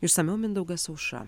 išsamiau mindaugas aušra